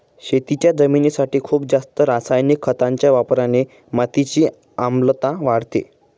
शेतीच्या जमिनीसाठी खूप जास्त रासायनिक खतांच्या वापराने मातीची आम्लता वाढते